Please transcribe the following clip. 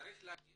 זה צריך להגיע